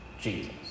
Jesus